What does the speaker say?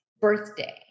birthday